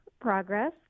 progress